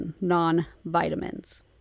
non-vitamins